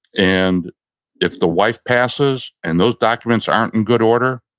and if the wife passes and those documents aren't in good order,